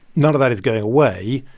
none of that is going away,